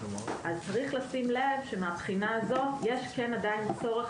אז צריך לשים לב שמהבחינה הזאת כן יש עדיין צורך